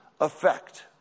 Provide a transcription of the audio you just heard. effect